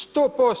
100%